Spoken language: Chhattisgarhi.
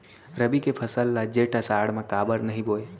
रबि के फसल ल जेठ आषाढ़ म काबर नही बोए?